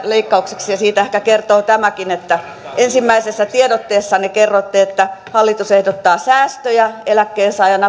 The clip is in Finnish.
leikkaukseksi siitä ehkä kertoo tämäkin että ensimmäisessä tiedotteessanne kerroitte että hallitus ehdottaa säästöjä eläkkeensaajan